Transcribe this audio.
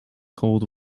cold